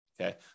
Okay